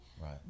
right